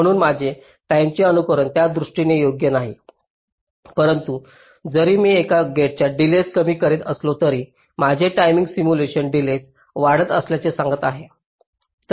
म्हणून माझे टाईमेचे अनुकरण त्या दृष्टीने योग्य नाही परंतु जरी मी एका गेटचा डिलेज कमी करीत असलो तरी माझे टायमिंग सिम्युलेशन डिलेज वाढत असल्याचे सांगत आहे